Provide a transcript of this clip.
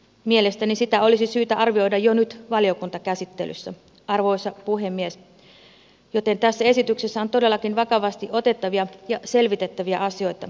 mielestäni sitä olisi syytä arvioida jo nyt valiokuntakäsittelyssä arvoisa puhemies joten tässä esityksessä on todellakin vakavasti otettavia ja selvitettäviä asioita